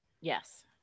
Yes